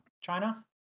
China